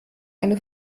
eine